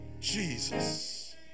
Jesus